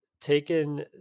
taken